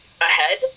ahead